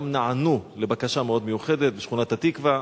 גם נענו לבקשה מאוד מיוחדת בשכונת-התקווה.